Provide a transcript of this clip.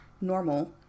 normal